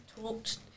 talked